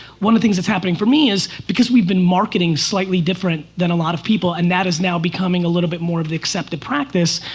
one of the things that's happening for me is because we've been marketing slightly different than a lot of people and that is now becoming a little bit more of the accepted practice,